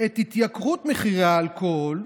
במחירי האלכוהול,